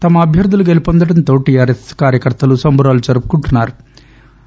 తమ అభ్వర్దులు గెలుపొందడంతో టిఆర్ఎస్ కార్యకర్తలు సంబురాలు జరుపుకుంటున్నా రు